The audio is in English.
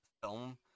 film